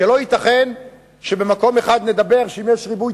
כי לא ייתכן שבמקום אחד נגיד שאם יש ריבוי